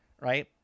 right